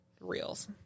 reels